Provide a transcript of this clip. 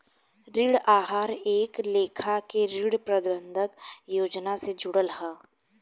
ऋण आहार एक लेखा के ऋण प्रबंधन योजना से जुड़ल हा